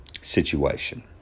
situation